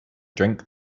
drink